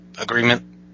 agreement